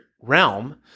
realm